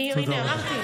הינה, אמרתי.